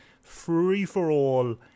free-for-all